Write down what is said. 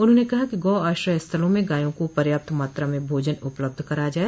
उन्होंने कहा कि गौ आश्रय स्थलों में गायों को पर्याप्त मात्रा में भोजन उपलब्ध कराया जाए